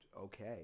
okay